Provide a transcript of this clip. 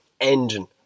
engine